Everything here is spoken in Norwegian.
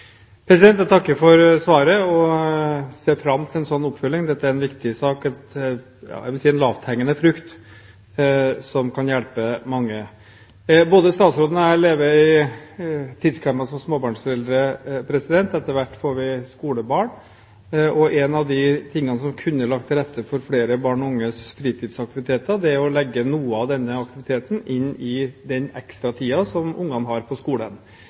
vil jeg følge det opp. Jeg takker for svaret og ser fram til en slik oppfølging. Dette er en viktig sak, jeg vil si det er en lavthengende frukt som kan hjelpe mange. Både statsråden og jeg lever i tidsklemma som småbarnsforeldre. Etter hvert får vi skolebarn. Noe som kunne lagt til rette for flere barn og unges fritidsaktiviteter, er å legge noe av denne aktiviteten inn i den ekstratiden som ungene har på skolen.